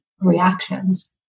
reactions